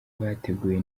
byateguwe